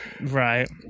Right